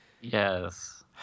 Yes